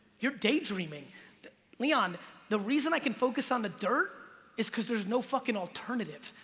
you're daydreaming leon the reason i can focus on the dirt is because there's no fucking alternative.